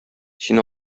син